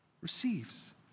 receives